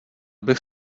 bych